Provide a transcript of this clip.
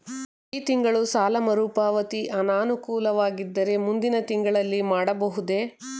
ಈ ತಿಂಗಳು ಸಾಲ ಮರುಪಾವತಿ ಅನಾನುಕೂಲವಾಗಿದ್ದರೆ ಮುಂದಿನ ತಿಂಗಳಲ್ಲಿ ಮಾಡಬಹುದೇ?